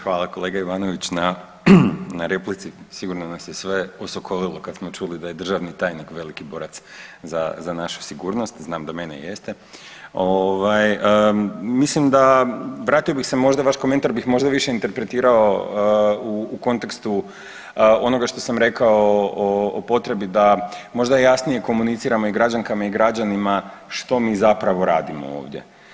Hvala kolega Ivanović na replici, sigurno nas je sve osokolilo da je državni tajnik veliki borac za našu sigurnost, znam da mene jeste, ovaj mislim da, vratio bih se možda, vaš komentar bih možda više interpretirao u kontekstu onoga što sam rekao o potrebi da možda jasnije komuniciramo i građankama i građanima što mi zapravo radimo ovdje.